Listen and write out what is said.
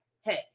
Hey